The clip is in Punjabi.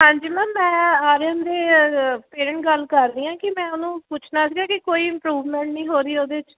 ਹਾਂਜੀ ਮੈਮ ਮੈਂ ਆਰਿਅਨ ਦੇ ਪੇਰੈਂਟ ਗੱਲ ਕਰ ਰਹੀ ਹਾਂ ਕਿ ਮੈਂ ਉਹਨੂੰ ਪੁੱਛਣਾ ਸੀਗਾ ਕਿ ਕੋਈ ਇਮਪਰੂਵਮੈਂਟ ਨਹੀਂ ਹੋ ਰਹੀ ਉਹਦੇ 'ਚ